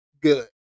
good